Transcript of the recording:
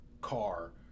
car